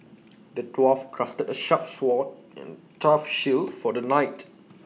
the dwarf crafted A sharp sword and tough shield for the knight